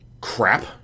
crap